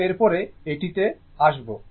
তো এরপরে এটি আসবে